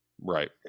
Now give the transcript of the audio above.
Right